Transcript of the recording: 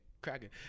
cracking